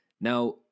Now